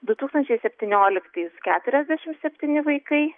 du tūkstančiai septynioliktais keturiasdešim septyni vaikai